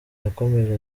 yakomeje